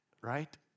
right